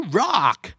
rock